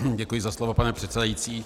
Děkuji za slovo, pane předsedající.